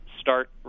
start